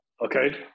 Okay